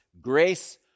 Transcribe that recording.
Grace